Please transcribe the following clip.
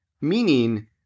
meaning